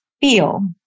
feel